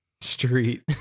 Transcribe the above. street